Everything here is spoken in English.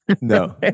No